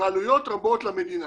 ועלויות רבות למדינה.